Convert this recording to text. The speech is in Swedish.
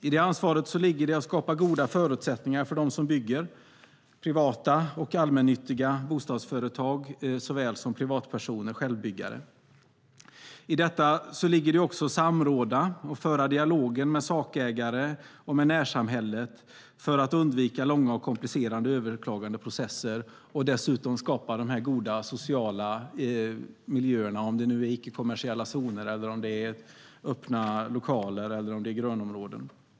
I det ansvaret ligger att skapa goda förutsättningar för dem som bygger, såväl privata och allmännyttiga bostadsföretag som privatpersoner och självbyggare. I detta ligger också att samråda och föra dialog med sakägare och närsamhället för att undvika långa och komplicerade överklagandeprocesser och för att skapa goda sociala miljöer, antingen det är icke-kommersiella zoner, öppna lokaler eller grönområden.